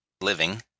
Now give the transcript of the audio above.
living